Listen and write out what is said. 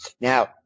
Now